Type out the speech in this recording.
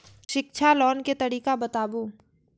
शिक्षा लोन के तरीका बताबू?